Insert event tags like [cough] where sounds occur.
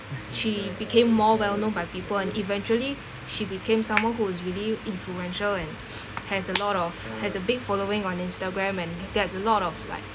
she became more well known by people and eventually she became someone who is really influential and has a [noise] lot of has a big following on instagram and gets a lot of like